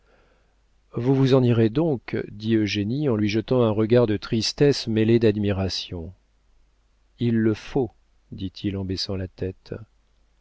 vous vous en irez donc dit eugénie en lui jetant un regard de tristesse mêlée d'admiration il le faut dit-il en baissant la tête